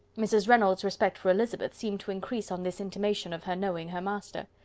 mrs. reynolds respect for elizabeth seemed to increase on this intimation of her knowing her master.